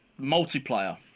multiplayer